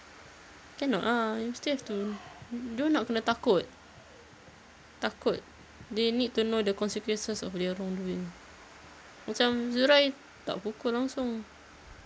cannot ah mesti have to dorang nak kena takut takut they need to know the consequences of their wrongdoing macam zurai tak pukul langsung